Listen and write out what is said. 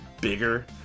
bigger